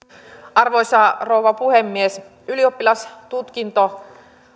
arvoisa rouva puhemies ylioppilastutkinto